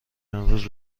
امروز